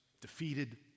defeated